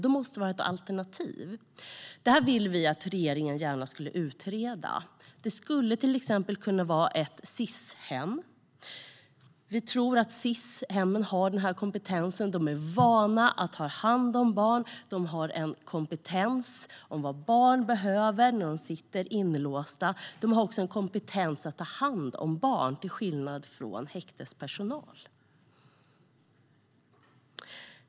Då måste det finnas alternativ. Det här vill vi att regeringen utreder. Ett alternativ skulle till exempel kunna vara ett Sishem. Vi tror att Sishemmen har den här kompetensen. De har en kompetens när det gäller vad barn behöver när de sitter inlåsta, och de har också kompetens att ta hand om barn, till skillnad från häktespersonal.